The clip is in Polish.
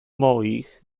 moich